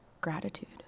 gratitude